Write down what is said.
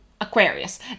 Aquarius